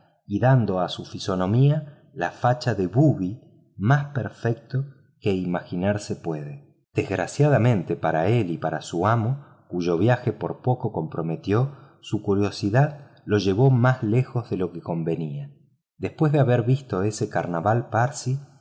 dando a su fisonomía la facha del papanatas más perfecto que imaginarse pueda desgraciadamente para él y su amo cuyo viaje por poco comprometió su curiosidad lo llevó más lejos de lo que convenía después de haber visto ese carnaval parsi picaporte